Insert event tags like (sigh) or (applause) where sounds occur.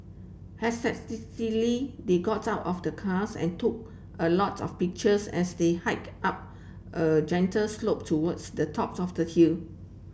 (unintelligible) they got out of the cars and took a lot of pictures as they hiked up a gentle slope towards the top of the hill